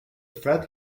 fred